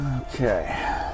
Okay